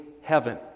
heaven